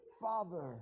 father